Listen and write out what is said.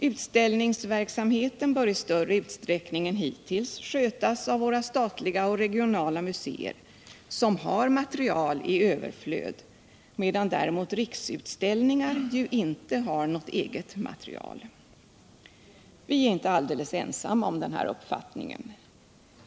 Utställningsverksamheten bör i större utsträckning än hittills skötas av våra statliga och regionala museer, som har material i överflöd, medan däremot Riksutställningar ju inte har något eget material. Vi är inte alldeles ensamma om den här uppfattningen.